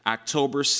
October